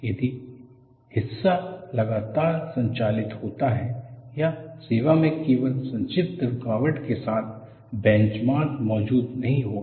यदि हिस्सा लगातार संचालित होता है या सेवा में केवल संक्षिप्त रुकावट के साथ बेंचमार्क मौजूद नहीं होगा